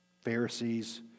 Pharisees